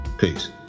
Peace